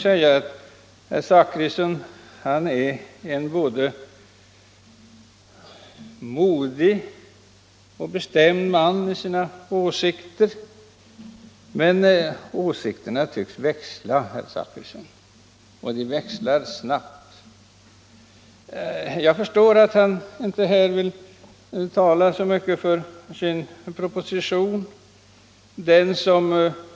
Herr Zachrisson är en både modig och bestämd man i sina åsikter, men åsikterna tycks växla — och växla snabbt. Jag förstår att herr Zachrisson här inte talar så mycket för sin proposition.